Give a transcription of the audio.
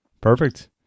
Perfect